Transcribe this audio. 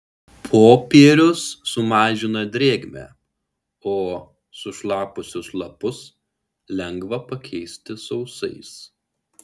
popierius sumažina drėgmę o sušlapusius lapus lengva pakeisti sausais